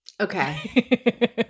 Okay